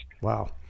Wow